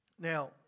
Now